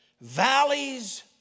Valleys